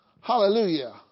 Hallelujah